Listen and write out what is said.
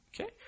Okay